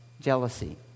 jealousy